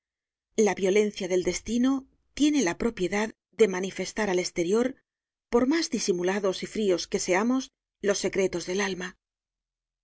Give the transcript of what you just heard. la violencia del destino tiene la propiedad de manifestar al estertor por mas disimulados y fríos que seamos los secretos del alma